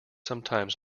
sometimes